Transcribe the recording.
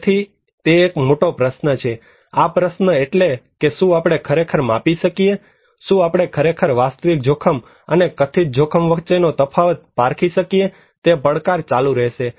તેથી તે એક મોટો પ્રશ્ન છે આ પ્રશ્ન એટલે કે શું આપણે ખરેખર માપી શકીએ છીએ શું આપણે ખરેખર વાસ્તવિક જોખમ અને કથિત જોખમ વચ્ચેનો તફાવત પારખી શકીએ તે પડકાર ચાલુ રહેશે